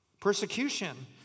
Persecution